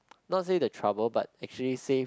not say the trouble but actually say